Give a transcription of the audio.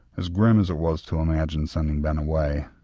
as grim as it was to imagine sending ben away,